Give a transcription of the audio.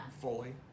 fully